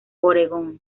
oregón